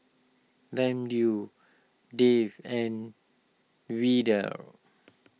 Ramdev Dev and Vedre